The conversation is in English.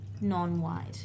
non-white